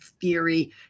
theory